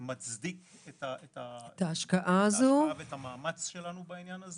מצדיק את ההשקעה ואת המאמץ שלנו בעניין,